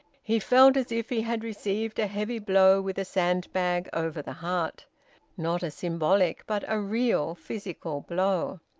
he felt as if he had received a heavy blow with a sandbag over the heart not a symbolic, but a real physical blow.